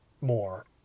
more